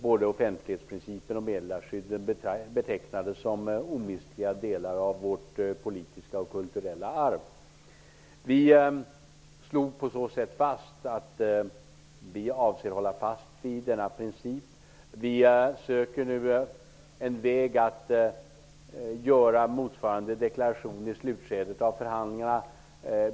Både offentlighetsprincipen och meddelarskyddet betecknades då såsom omistliga delar av vårt politiska och kulturella arv. Vi slog på det sättet fast att vi avser att hålla fast vid denna princip. Vi söker nu en väg att göra motsvarande deklaration i slutskedet av förhandlingarna.